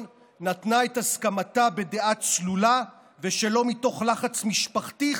נתנה את הסכמתה בדעה צלולה ושלא מתוך לחץ משפחתי,